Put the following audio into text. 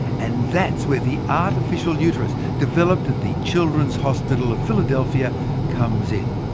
and that's where the artificial uterus developed at the children's hospital of philadelphia comes in.